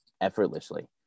effortlessly